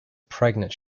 pregnant